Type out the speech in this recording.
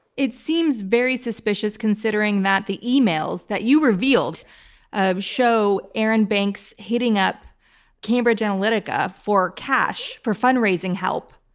it seems very suspicious considering that the emails that you revealed ah show arron banks hitting up cambridge analytica for cash, for fundraising help,